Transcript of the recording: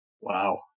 Wow